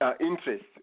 interest